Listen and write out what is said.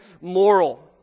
moral